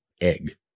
egg